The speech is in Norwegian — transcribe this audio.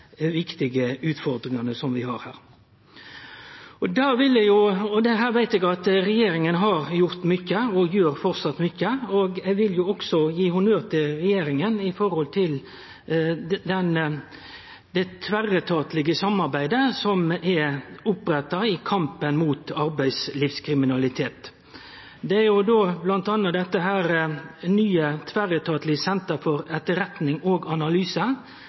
viktige utfordringane som vi har her. Her veit eg at regjeringa har gjort mykje, og framleis gjer mykje. Eg vil òg gje honnør til regjeringa for det tverretatlege samarbeidet som er oppretta i kampen mot arbeidslivskriminalitet, m.a. med nytt tverretatleg senter for etterretning og analyse – NTAES – som er sett saman av medarbeidarar både frå politiet, frå skatteetaten, frå Nav, frå Arbeidstilsynet og